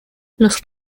los